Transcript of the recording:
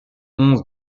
onze